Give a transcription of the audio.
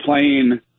playing